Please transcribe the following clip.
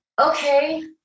Okay